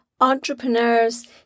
entrepreneurs